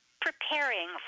preparing